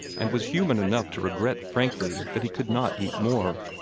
and was human enough to regret frankly that he could not eat more.